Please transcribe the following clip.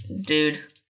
dude